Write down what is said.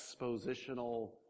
expositional